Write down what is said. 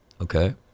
okay